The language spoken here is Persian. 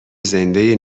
زنده